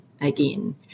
again